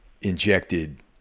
injected